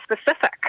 specific